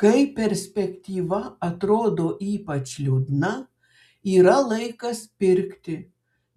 kai perspektyva atrodo ypač liūdna yra laikas pirkti